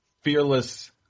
Fearless